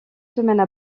semaines